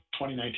2019